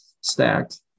stacked